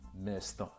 missed